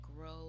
grow